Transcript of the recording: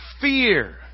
fear